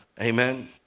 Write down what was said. Amen